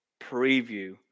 preview